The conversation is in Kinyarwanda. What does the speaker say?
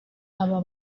aba